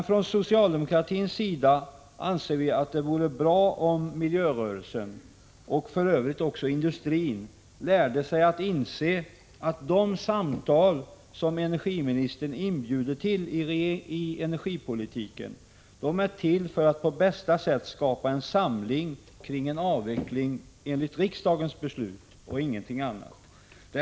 Från socialdemokratins sida anser vi att det vore bra om miljörörelsen, och för övrigt också industrin, lärde sig att inse att de samtal som energiministern inbjuder till i energipolitiken är till för att på bästa sätt skapa en samling kring en avveckling enligt riksdagens beslut, ingenting annat.